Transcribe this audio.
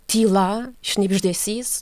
tyla šnibždesys